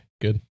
good